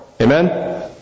Amen